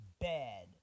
bad